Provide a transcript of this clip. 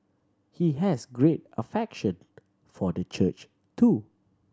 he has great affection for the church too